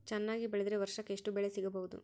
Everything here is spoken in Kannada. ಚೆನ್ನಾಗಿ ಬೆಳೆದ್ರೆ ವರ್ಷಕ ಎಷ್ಟು ಬೆಳೆ ಸಿಗಬಹುದು?